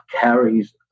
carries